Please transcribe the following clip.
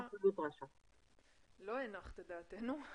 לא הנחת את דעתנו.